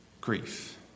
grief